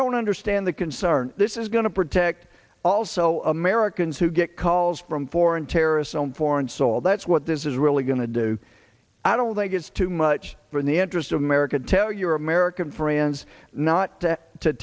don't understand the concern this is going to protect also americans who get calls from foreign terrorists on foreign soil that's what this is really going to do i don't think it's too much for the interest of america tell your american friends not to